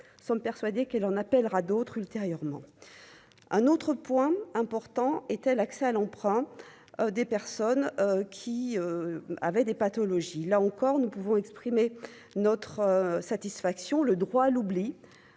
sommes persuadés qu'elle en appellera d'autres ultérieurement un autre point important était l'accès à l'emprunt, des personnes qui avaient des pathologies, là encore, nous pouvons exprimer notre satisfaction, le droit à l'oubli,